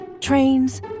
trains